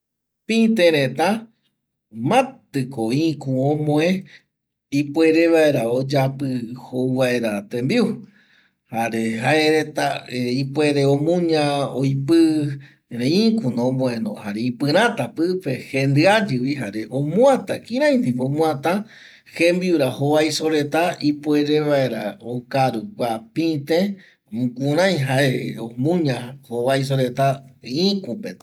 Pïte reta matƚko ïku omoe ipuere vaera oyapƚ jouvaera tembiu jare jaereta ipuere omuña oipƚ erei iküno omoeno jare ipƚräta pƚpe jare jendƚayƚvi jare omuata kirai ndipo omuata jeimbiura jovaiso reta ipuere vaera okaru kua pite jukurai jae omuña jovaiso reta iküpeno